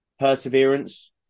perseverance